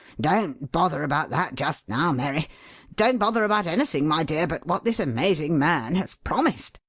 don't bother about that just now, mary don't bother about anything, my dear, but what this amazing man has promised,